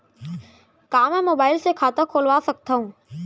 का मैं मोबाइल से खाता खोलवा सकथव?